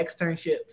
externships